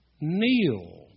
kneel